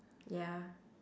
ya